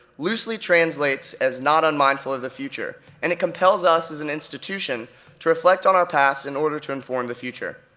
loosely translates as not unmindful of the future, and it compels us as an institution to reflect on our past in order to inform the future.